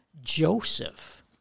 Joseph